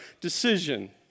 decision